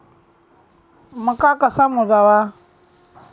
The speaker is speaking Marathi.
मका कसा मोजावा?